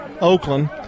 Oakland